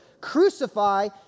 crucify